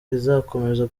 izakomeza